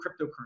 cryptocurrency